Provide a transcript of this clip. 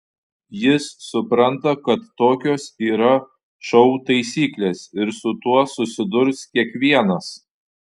jis supranta kad tokios yra šou taisyklės ir su tuo susidurs kiekvienas